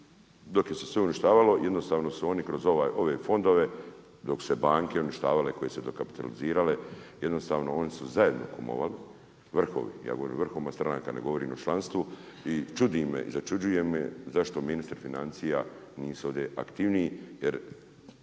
dok se sve uništavalo. Jednostavno su oni kroz ove fondove dok su se banke uništavale koje su se dokapitalizirale, jednostavno oni su zajedno kumovali, vrhovi, ja govorim o vrhovima stranaka a ne govorim o članstvu, i čudi me i začuđuje zašto ministri financija nisu ovdje aktivniji jer